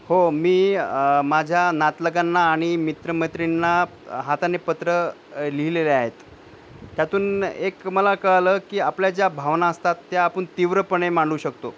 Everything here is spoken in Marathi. हो मी माझ्या नातलगांना आणि मित्रमैत्रिणींना हाताने पत्र लिहिलेले आहेत त्यातून एक मला कळालं की आपल्या ज्या भावना असतात त्या आपन तीव्रपणे मांडू शकतो